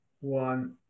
one